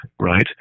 right